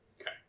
Okay